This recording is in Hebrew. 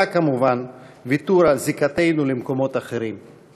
כמובן ויתור על זיקתנו למקומות אחרים.